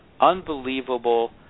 unbelievable